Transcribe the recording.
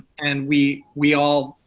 and we we all,